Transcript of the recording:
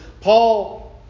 Paul